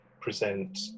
present